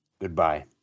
Goodbye